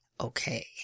okay